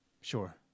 Sure